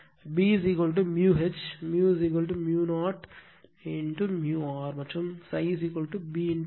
எனவே B H 0r மற்றும் ∅ B A